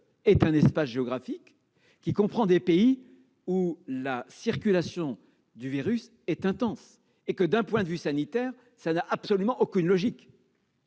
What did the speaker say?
d'un espace géographique comprenant des pays où la circulation du virus est intense. D'un point de vue sanitaire, cela n'avait absolument aucune logique,